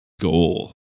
goal